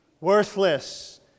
Worthless